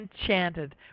enchanted